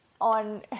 on